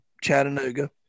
Chattanooga